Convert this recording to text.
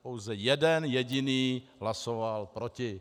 Pouze jeden jediný hlasoval proti.